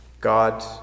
God